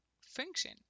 function